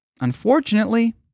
unfortunately